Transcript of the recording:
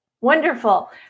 Wonderful